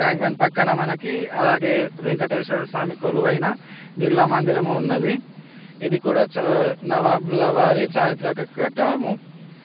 tank Bund ప్రక్కన మనకి అలాగే వెంకటేశ్వర స్వామి కొలువైన బిర్లా మందిరము ఉన్నది ఇది కూడా చా నవాబుల వారి చారిత్రక కట్టడము